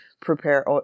prepare